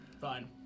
Fine